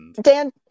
Dan